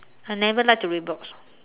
I never like to read books